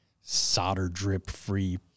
solder-drip-free